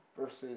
versus